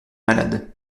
malade